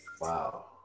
Wow